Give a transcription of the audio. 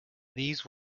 these